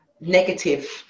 negative